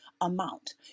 amount